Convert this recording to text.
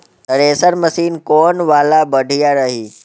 Thresher machine कौन वाला बढ़िया रही?